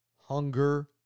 hunger